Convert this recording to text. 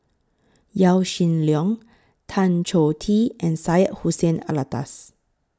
Yaw Shin Leong Tan Choh Tee and Syed Hussein Alatas